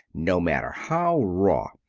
no matter how raw.